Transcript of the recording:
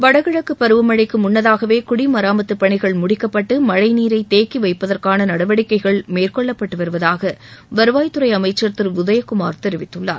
வடகிழக்கு பருவமழைக்கு முன்னதாகவே குடிமராமத்துப் பணிகள் முடிக்கப்பட்டு மழைநீரை தேக்கி வைப்பதற்கான நடவடிக்கைகள் மேற்கொள்ளப்பட்டு வருவதாக வருவாய்த்துறை அமைச்சர் திரு உதயகுமார் தெரிவித்குள்ளார்